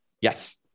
Yes